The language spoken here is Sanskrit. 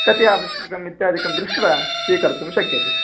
कति आवश्यकम् इत्यादिकं दृष्ट्वा स्वीकर्तुं शक्यते